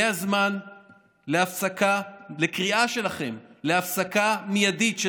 זה הזמן לקריאה שלכם להפסקה מיידית של